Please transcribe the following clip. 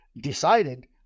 decided